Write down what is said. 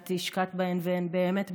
שאת השקעת בהן, והן באמת באמת,